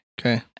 Okay